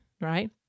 right